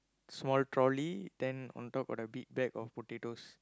small trolley then on top got a big bag of potatoes